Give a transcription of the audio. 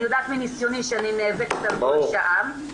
אני יודעת מניסיוני שאני נאבקת על כל שעה,